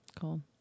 Cool